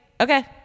Okay